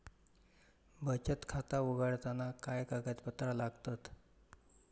बचत खाता उघडताना काय कागदपत्रा लागतत?